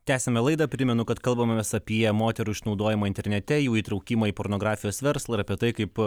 tęsiame laidą primenu kad kalbamės apie moterų išnaudojimą internete jų įtraukimą į pornografijos verslą ir apie tai kaip